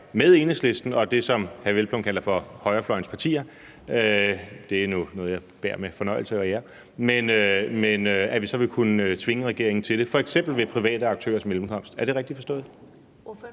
med Enhedslisten og det, som hr. Peder Hvelplund kalder for højrefløjens partier – det er nu noget, jeg bærer med fornøjelse – vil kunne tvinge regeringen til det, f.eks. ved private aktørers mellemkomst. Er det rigtigt forstået?